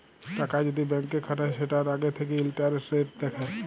টাকা যদি ব্যাংকে খাটায় সেটার আগে থাকে ইন্টারেস্ট রেট দেখে